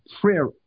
prayer